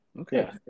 Okay